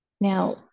now